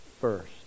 first